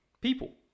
people